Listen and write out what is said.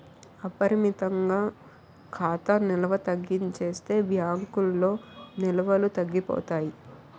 అపరిమితంగా ఖాతా నిల్వ తగ్గించేస్తే బ్యాంకుల్లో నిల్వలు తగ్గిపోతాయి